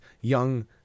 young